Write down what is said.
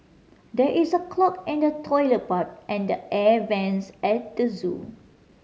there is a clog in the toilet pipe and the air vents at the zoo